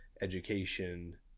education